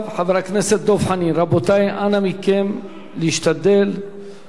רבותי, אנא מכם, להשתדל לעמוד בזמנים.